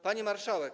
Pani Marszałek!